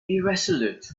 irresolute